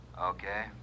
Okay